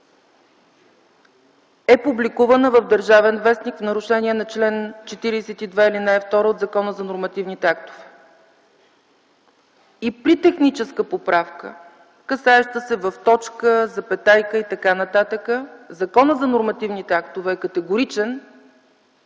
е публикувана в „ Държавен вестник” в нарушение на чл. 42, ал. 2 от Закона за нормативните актове. И при техническа поправка, касаеща се в точка, в запетайка и т.н., Законът за нормативните актове е категоричен,